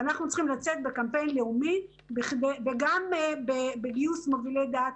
אנחנו צריכים לצאת בקמפיין לאומי וגם בגיוס מובילי דעת